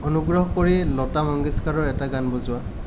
অনুগ্ৰহ কৰি লতা মংগেশকাৰৰ এটা গান বজোৱা